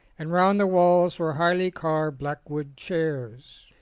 and round the walls were highly carved black wood chairs.